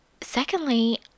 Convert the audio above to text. Secondly